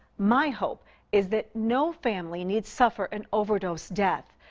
my hope is that no family need suffer an overdose death.